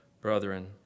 brethren